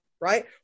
right